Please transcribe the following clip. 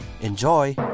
Enjoy